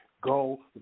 Go